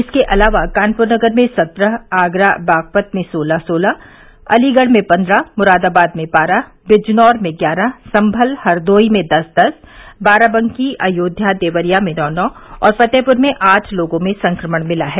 इसके अलावा कानपुर नगर में सत्रह आगरा बागपत में सोलह सोलह अलीगढ़ में पन्द्रह मुरादाबाद में बारह बिजनौर में ग्यारह संभल हरदोई में दस दस बाराबंकी अयोध्या देवरिया में नौ नौ और फतेहपुर में आठ लोगों में संक्रमण मिला है